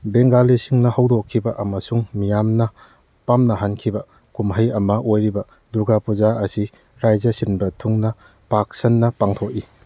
ꯕꯦꯡꯒꯥꯂꯤꯁꯤꯡꯅ ꯍꯧꯗꯣꯛꯈꯤꯕ ꯑꯃꯁꯨꯡ ꯃꯤꯌꯥꯝꯅ ꯄꯥꯝꯅꯍꯟꯈꯤꯕ ꯀꯨꯝꯍꯩ ꯑꯃ ꯑꯣꯏꯔꯤꯕ ꯗꯨꯔꯒꯥ ꯄꯨꯖꯥ ꯑꯁꯤ ꯔꯥꯏꯖ꯭ꯌ ꯁꯤꯟꯕ ꯊꯨꯡꯅ ꯄꯥꯛꯁꯟꯅ ꯄꯥꯡꯊꯣꯛꯏ